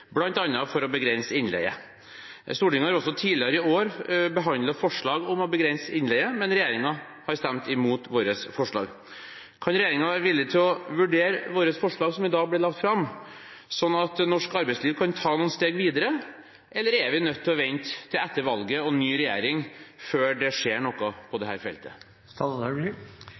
for å begrense innleie. Stortinget har også tidligere i år behandlet forslag om å begrense innleie, men regjeringspartiene har stemt mot våre forslag. Kan regjeringen være villig til å vurdere våre forslag som i dag ble lagt fram, slik at norsk arbeidsliv kan ta noen steg videre, eller er vi nødt til å vente til etter valget og på ny regjering før det skjer noe på